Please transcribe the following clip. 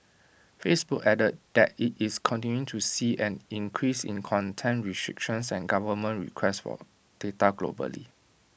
Facebook added that IT is continuing to see an increase in content restrictions and government requests for data globally